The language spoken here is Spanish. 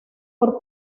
por